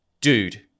Dude